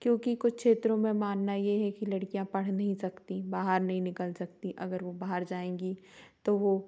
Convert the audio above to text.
क्योंकि कुछ क्षेत्रों में मानना ये है कि लड़कियां पढ़ नहीं सकती बाहर नहीं निकल सकती अगर वो बाहर जाएंगी तो वो